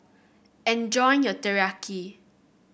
enjoy your Teriyaki